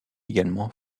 également